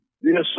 Yes